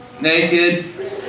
naked